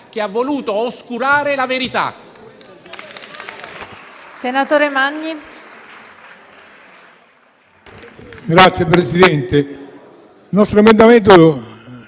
che ha voluto oscurare la verità.